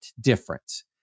difference